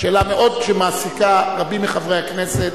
שאלה שמעסיקה רבים מחברי הכנסת.